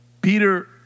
Peter